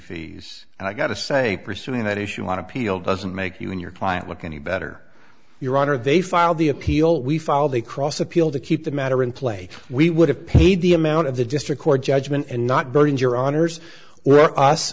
fees and i got to say pursuing that issue on appeal doesn't make you in your client look any better your honor they filed the appeal we file the cross appeal to keep the matter in play we would have paid the amount of the district court judgment and not burden your honour's or us